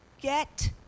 Get